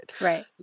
Right